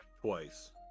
twice